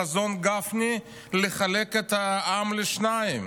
חזון גפני לחלק את העם לשניים: